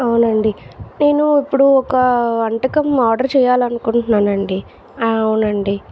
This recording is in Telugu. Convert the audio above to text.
అవునండీ నేను ఇప్పుడు ఒక వంటకం ఆర్డర్ చేయాలనుకుంటున్నా అండీ అవునండీ